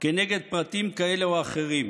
כנגד פרטים כאלה או אחרים.